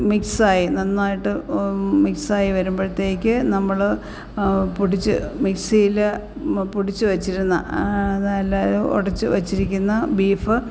മിക്സായി നന്നായിട്ട് മിക്സായി വരുമ്പോഴത്തേക്ക് നമ്മള് പൊടിച്ച് മിക്സിയില് പൊടിച്ചുവച്ചിരിന്ന നല്ല ഉടച്ചു വെച്ചിരിക്കുന്ന ബീഫ്